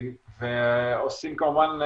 ועושים כמובן,